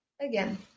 Again